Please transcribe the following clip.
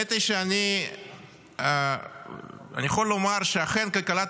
האמת היא שאני יכול לומר שאכן כלכלת